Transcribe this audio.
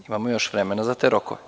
Imamo još vremena za te rokove.